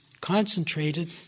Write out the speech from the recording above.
concentrated